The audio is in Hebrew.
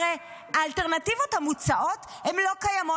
הרי האלטרנטיבות המוצעות, הן לא קיימות.